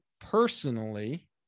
personally